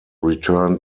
return